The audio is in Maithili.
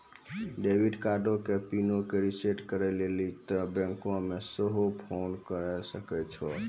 डेबिट कार्डो के पिनो के रिसेट करै लेली तोंय बैंको मे सेहो फोन करे सकै छो